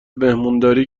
مهمونداری